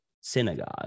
synagogue